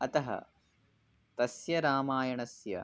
अतः तस्य रामायणस्य